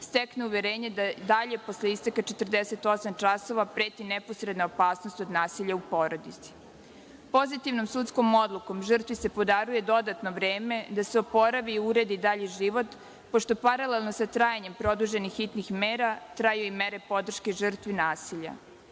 stekne uverenje da i dalje posle isteka 48 časova preti neposredna opasnost od nasilja u porodici. Pozitivnom sudskom odlukom žrtvi se podaruje dodatno vreme da se oporavi i uredi dalji život pošto paralelno sa trajanjem produženih hitnih mera traju i mere podrške žrtvi nasilja.